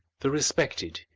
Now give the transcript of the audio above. the respected,